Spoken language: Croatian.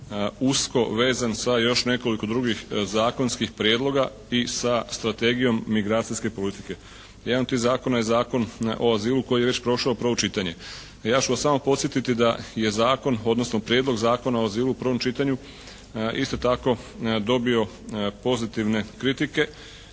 usko vezan sa još nekoliko drugih zakonskih prijedloga i sa strategijom migracijske politike. Jedan od tih zakona je Zakon o azilu koji je već prošao prvo čitanje. Ja ću vas samo podsjetiti da je zakon, odnosno prijedlog Zakona o azilu u prvom čitanju isto tako dobio pozitivne kritike,